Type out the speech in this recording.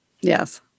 Yes